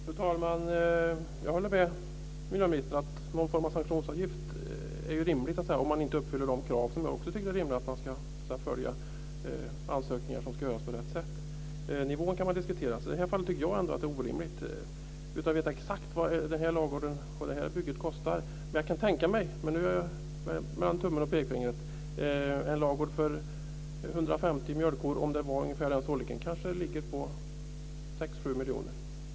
Fru talman! Jag håller med miljöministern om att någon form av sanktionsavgift är det rimligt att kräva om man inte uppfyller de krav som jag tycker att det är rimligt att följa, ansökningarna ska göras på rätt sätt. Nivån kan diskuteras. I det här fallet tycker jag att det är orimligt. Utan att veta exakt hur mycket den här ladugården, bygget, kostar men jag kan tänka mig, mellan tummen och pekfingret, att värdet av en ladugård för 150 mjölkkor kanske ligger på 6 och 7 miljoner.